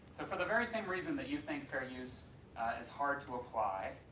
so for the very same reason that you think fair use is hard to apply,